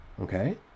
okay